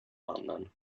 mannen